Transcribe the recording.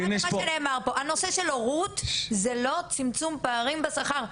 הנושא של הורות זה לא צמצום פערים בשכר.